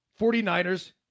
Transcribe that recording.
49ers